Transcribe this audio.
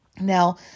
Now